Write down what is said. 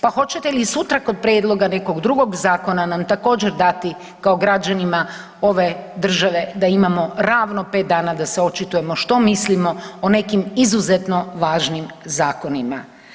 Pa hoćete li i sutra kod prijedloga nekog drugog zakona nam također dati kao građanima ove države da imamo ravno 5 dana da se očitujemo što mislimo o nekim izuzetno važnim zakonima.